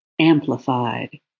amplified